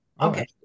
Okay